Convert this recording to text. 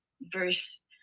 verse